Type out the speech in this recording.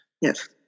Yes